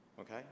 okay